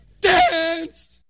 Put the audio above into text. dance